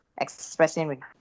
expressing